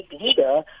leader